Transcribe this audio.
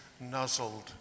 nuzzled